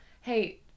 hey